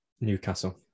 Newcastle